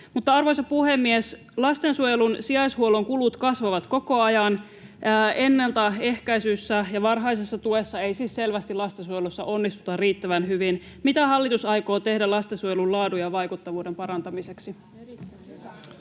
Arvoisa puhemies! Lastensuojelun sijaishuollon kulut kasvavat koko ajan. Ennaltaehkäisyssä ja varhaisessa tuessa ei siis selvästi lastensuojelussa onnistuta riittävän hyvin. Mitä hallitus aikoo tehdä lastensuojelun laadun ja vaikuttavuuden parantamiseksi?